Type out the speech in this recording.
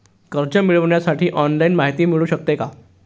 कर्ज मिळविण्यासाठी ऑनलाईन माहिती मिळू शकते का?